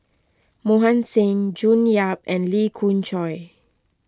Mohan Singh June Yap and Lee Khoon Choy